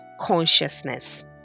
consciousness